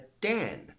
Dan